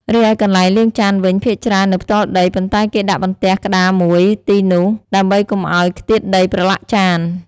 រីឯកន្លែងលាងចានវិញ ភាគច្រើននៅផ្ទាល់ដី ប៉ុន្តែគេដាក់បន្ទះក្ដារមួយទីនោះ ដើម្បីកុំឱ្យខ្ទាតដីប្រឡាក់ចាន។